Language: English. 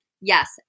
Yes